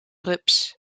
rups